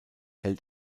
hält